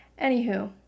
anywho